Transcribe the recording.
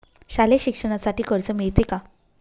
शालेय शिक्षणासाठी कर्ज मिळते का?